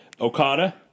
Okada